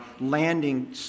landing